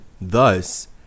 thus